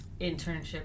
internship